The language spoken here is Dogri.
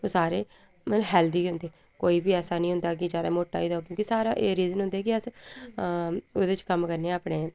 ओह् सारे मतलब हैल्दी गै होंदे कोई बी ऐसी निं होंदा कि जैदा मुट्टा होई गेदा होंदा क्योंकि साढ़ा एरिया जि'यां होंदा अस ओह्दे च कम्म करने आं अपने जमीनै च